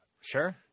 Sure